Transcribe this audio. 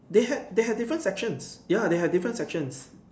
they had they had different section ya they had different sections